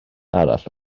arall